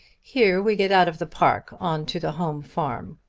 here we get out of the park on to the home farm.